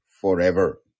forever